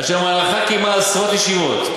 אשר במהלכה קיימה עשרות ישיבות,